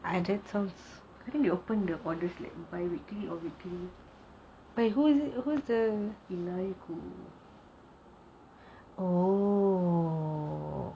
I think they open the orders weekly or biweekly